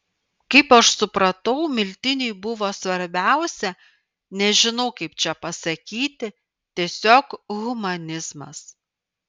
kaip aš supratau miltiniui buvo svarbiausia nežinau kaip čia pasakyti tiesiog humanizmas